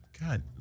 God